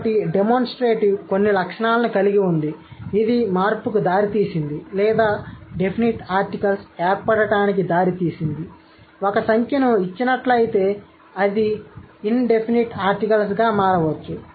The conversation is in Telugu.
కాబట్టి డెమోన్స్ట్రేటివ్ కొన్ని లక్షణాలను కలిగి ఉంది ఇది మార్పుకు దారితీసింది లేదా డెఫినిట్ ఆర్టికల్స్ ఏర్పడటానికి దారితీసింది ఒక సంఖ్యను ఇచ్చినట్లయితే అది ఇన్ డెఫినిట్ ఆర్టికల్స్ గా మారవచ్చు